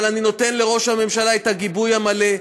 אבל אני נותן לראש הממשלה את הגיבוי המלא,